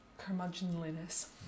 curmudgeonliness